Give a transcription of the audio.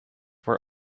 were